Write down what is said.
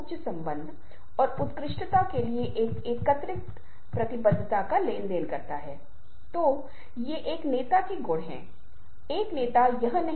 सबसे महत्वपूर्ण बात यह है कि भाषा की तरह जहां आप देखते हैं कि एक शब्द का संदर्भ के बिना अर्थ नहीं है